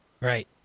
Right